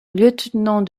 lieutenant